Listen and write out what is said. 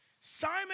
Simon